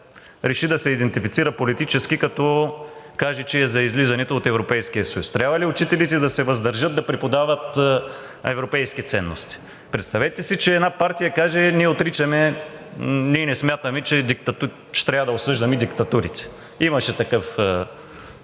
реши да се идентифицира политически, като каже, че е за излизането от Европейския съюз. Трябва ли учителите да се въздържат да преподават европейски ценности. Представете си, че една партия каже: ние отричаме, ние не смятаме, че трябва да осъждаме диктатурите. Имаше такъв